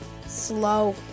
Slow